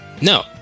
No